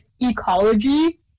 ecology